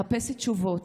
לחפש תשובות,